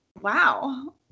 wow